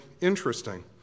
interesting